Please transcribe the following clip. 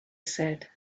said